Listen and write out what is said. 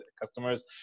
customers